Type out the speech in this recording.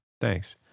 Thanks